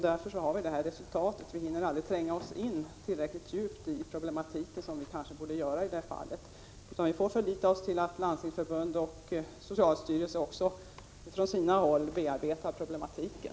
Därför får vi detta resultat — vi hinner aldrig tränga tillräckligt djupt in i problematiken, vilket vi borde göra. Vi får förlita oss på att Landstingsförbundet och även socialstyrelsen bearbetar problemen.